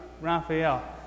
Raphael